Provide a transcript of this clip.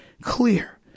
clear